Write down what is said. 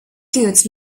goods